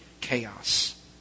chaos